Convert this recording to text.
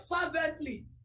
fervently